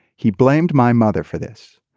he blamed my mother for this.